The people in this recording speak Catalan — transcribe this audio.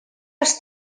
els